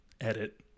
edit